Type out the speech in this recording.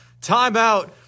Timeout